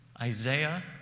Isaiah